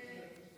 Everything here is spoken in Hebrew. הסתייגות 10